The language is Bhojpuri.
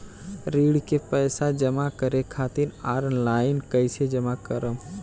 ऋण के पैसा जमा करें खातिर ऑनलाइन कइसे जमा करम?